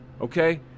okay